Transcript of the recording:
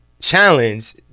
challenge